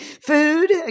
food